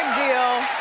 deal.